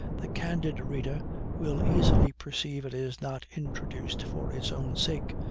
the candid reader will easily perceive it is not introduced for its own sake,